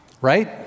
right